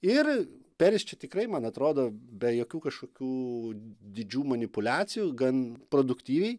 ir peris čia tikrai man atrodo be jokių kažkokių didžių manipuliacijų gan produktyviai